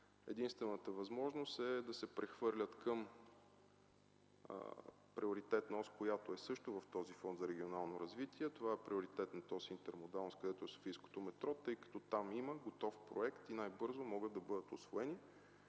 Единствената възможност да се прехвърлят към приоритетна ос, която е също в този фонд за регионално развитие. Това е приоритетната ос интермодалност, където е софийското метро, тъй като там има готов проект и най-бързо могат да бъдат усвоени.